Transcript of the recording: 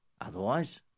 Otherwise